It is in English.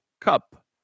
Cup